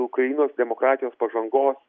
ukrainos demokratijos pažangos